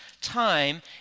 time